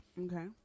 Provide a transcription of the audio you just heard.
Okay